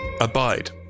Abide